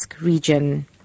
region